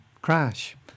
Crash